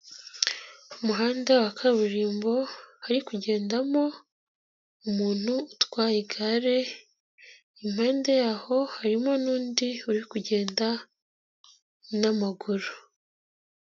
Umuhanda wa kaburimbo, hari kugendamo umuntu utwaye igare, impande yaho harimo n'undi, uri kugenda n'amaguru.